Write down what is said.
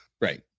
right